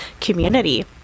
community